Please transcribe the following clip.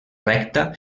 recta